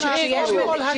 אני חושבת שיש עיר,